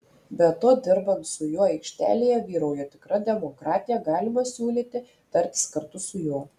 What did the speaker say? be to dirbant su juo aikštelėje vyrauja tikra demokratija galima siūlyti tartis kartu su juo